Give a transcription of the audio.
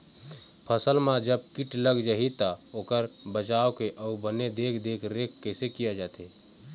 फसल मा जब कीट लग जाही ता ओकर बचाव के अउ बने देख देख रेख कैसे किया जाथे?